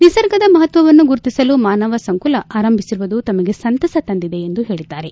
ನಿಸರ್ಗದ ಮಪತ್ವವನ್ನು ಗುರುತಿಸಲು ಮಾನವ ಸಂಕುಲ ಆರಂಭಿಸಿರುವುದು ತಮಗೆ ಸಂತಸ ತಂದಿದೆ ಎಂದು ಹೇಳಿದ್ದಾರೆ